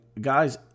guys